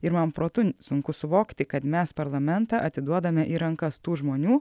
ir man protu sunku suvokti kad mes parlamentą atiduodame į rankas tų žmonių